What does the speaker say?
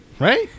Right